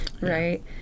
right